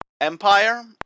Empire